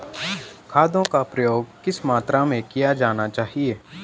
खादों का प्रयोग किस मात्रा में किया जाना चाहिए?